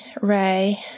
Ray